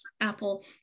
apple